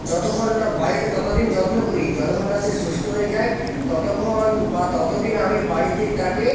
যতক্ষণ না বাড়িতে ততদিন যত্ন করি যতক্ষণ না সে সুস্থ হয়ে যায় ততক্ষণ বা ততদিন আমি বাড়িতে তাকে